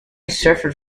suffered